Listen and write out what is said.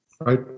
right